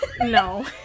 No